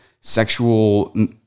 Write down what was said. sexual